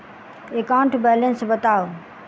account balance बताउ